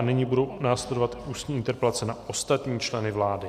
Nyní budou následovat ústní interpelace na ostatní členy vlády.